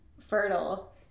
fertile